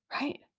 right